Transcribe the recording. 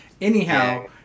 Anyhow